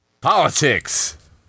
Politics